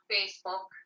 Facebook